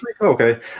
Okay